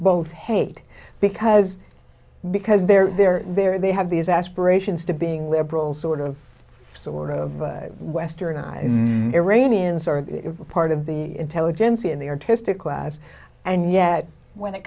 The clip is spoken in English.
both hate because because they're they're there they have these aspirations to being liberal sort of sort of westernized iranians are part of the intelligentsia and the artistic class and yet when it